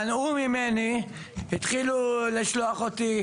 מנעו ממני, התחילו לשלוח אותי,